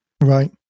Right